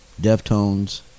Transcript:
Deftones